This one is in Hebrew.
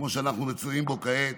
כמו שאנחנו מצויים בו כעת,